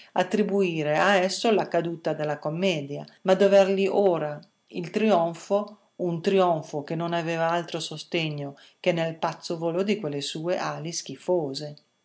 attribuire a esso la caduta della commedia ma dovergli ora il trionfo un trionfo che non aveva altro sostegno che nel pazzo volo di quelle sue ali schifose